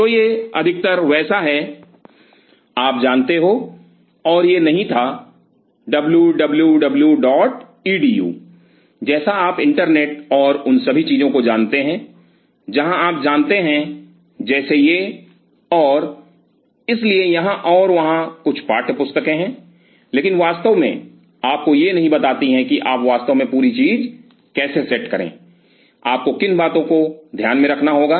तो यह अधिकतर वैसा है आप जानते हो और यह नहीं था डब्ल्यूडब्ल्यूडब्ल्यूईडीयू wwwedu जैसा आप इंटरनेट और उन सभी चीजों को जानते हैं जहां आप जानते हैं जैसे ये और इसलिए यहां और वहां कुछ पाठ्यपुस्तकें हैं लेकिन वास्तव में आपको यह नहीं बताती हैं कि आप वास्तव में पूरी चीज कैसे सेट करें आपको किन बातों को ध्यान में रखना होगा